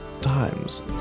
times